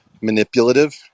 manipulative